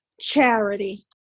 charity